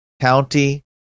county